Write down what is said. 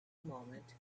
moment